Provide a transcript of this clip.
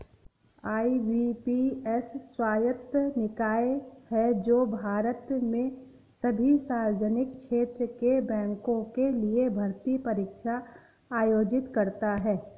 IBPS स्वायत्त निकाय है जो भारत में सभी सार्वजनिक क्षेत्र के बैंकों के लिए भर्ती परीक्षा आयोजित करता है